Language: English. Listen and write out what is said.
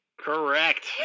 Correct